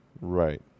Right